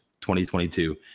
2022